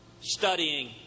studying